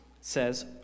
says